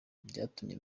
byatumye